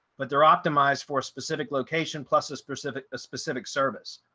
but they're optimized for specific location plus a specific a specific service.